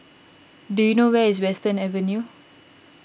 do you know where is Western Avenue